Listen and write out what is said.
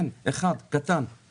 אין אחד קטן.